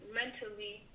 mentally